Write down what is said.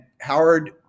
howard